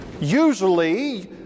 usually